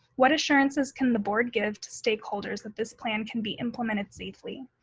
what assurances can the board give to stakeholders that this plan can be implemented safely?